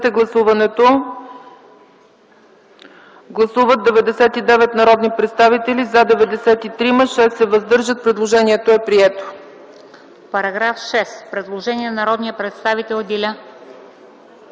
Параграф 8 – предложение на народния представител Делян